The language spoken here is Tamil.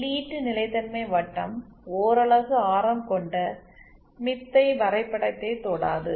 உள்ளீட்டு நிலைத்தன்மை வட்டம் ஓரலகு ஆரம் கொண்ட ஸ்மித் வரைபடத்தை தொடாது